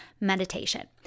meditation